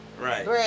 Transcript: Right